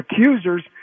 accusers